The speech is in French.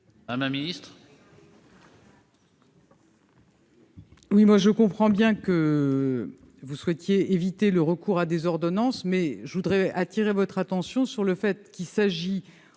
Mme la ministre.